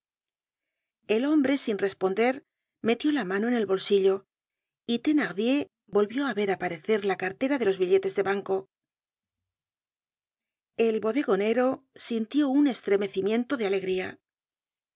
el hombre sin responder metió la mano en el bolsillo y thenardier volvió á ver aparecer la cartera de los billetes de banco el bodegonero sintió un estremecimiento de alegría